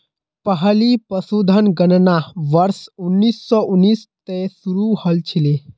पहली पशुधन गणना वर्ष उन्नीस सौ उन्नीस त शुरू हल छिले